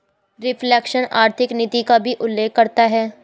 reflation आर्थिक नीति का भी उल्लेख करता है